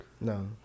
No